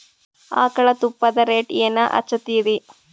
ಆಕಳ ತುಪ್ಪದ ರೇಟ್ ಏನ ಹಚ್ಚತೀರಿ?